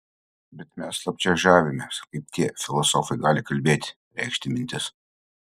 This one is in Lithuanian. bet mes slapčia žavimės kaip tie filosofai gali kalbėti reikšti mintis